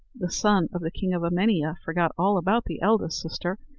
the son of the king of emania forgot all about the eldest sister,